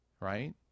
right